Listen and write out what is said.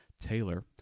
Taylor